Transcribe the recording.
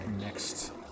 next